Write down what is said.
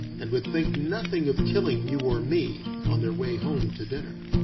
and would think nothing of killing you or me on their way home to dinner.